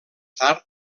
tard